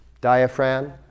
Diaphragm